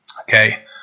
Okay